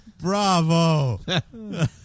Bravo